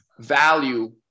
value